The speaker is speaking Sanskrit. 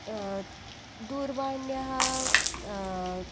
दूरवाण्यः